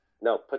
No